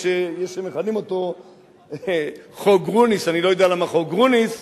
שיש שמכנים אותו "חוק גרוניס"; אני לא יודע למה "חוק גרוניס",